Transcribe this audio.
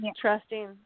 trusting